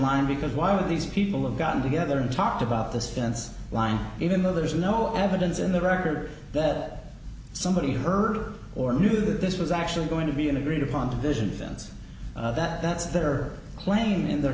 line because why would these people have gotten together and talked about this fence line even though there is no evidence in the record that somebody her or knew that this was actually going to be an agreed upon division fence that that's that or claim in their